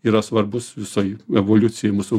yra svarbus visoj evoliucijoj mūsų